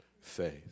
faith